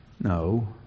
no